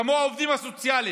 כמו העובדים הסוציאליים,